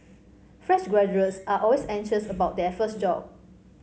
fresh graduates are always anxious about their first job